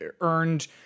earned